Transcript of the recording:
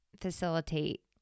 facilitate